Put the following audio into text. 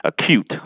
acute